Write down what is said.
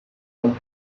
some